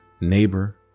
neighbor